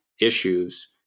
issues